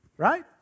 right